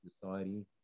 society